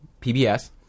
pbs